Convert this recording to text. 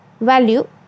value